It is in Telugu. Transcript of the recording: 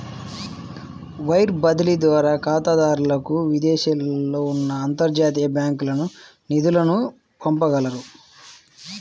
వైర్ బదిలీ ద్వారా ఖాతాదారులు విదేశాలలో ఉన్న అంతర్జాతీయ బ్యాంకులకు నిధులను పంపగలరు